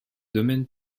domaine